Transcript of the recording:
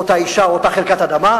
על אותה אשה או אותה חלקת אדמה,